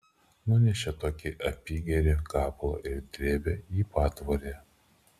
nunešė tokį apygerį gabalą ir drėbė į patvorį